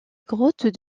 grotte